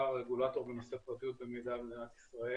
רגולטור בנושא פרטיות ומידע במדינת ישראל.